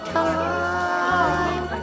time